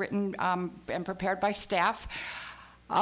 written and prepared by staff